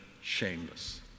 shameless